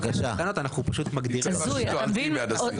קטי, בבית הנשיא, אולי נתחיל מהרפורמה בהגדרה?